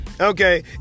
Okay